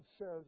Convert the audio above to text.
says